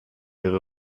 ihre